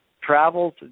travels